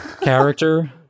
character